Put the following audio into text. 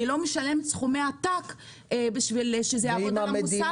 לא משלמת סכומי עתק בשביל שזה יעבוד על המוסר שלי.